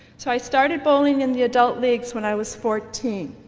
so i started bowling in the adult leagues when i was fourteen.